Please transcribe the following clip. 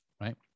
right